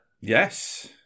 Yes